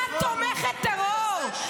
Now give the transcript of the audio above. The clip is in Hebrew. זאת מדינה תומכת טרור,